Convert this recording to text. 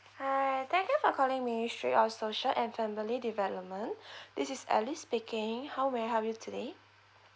hi thank you calling for ministry of social and family development this is alice speaking how may I help you today